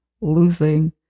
Losing